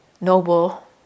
noble